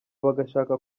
bagashaka